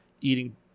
eating